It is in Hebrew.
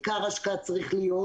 עיקר ההשקעה צריכה להיות